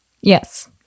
Yes